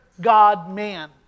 God-man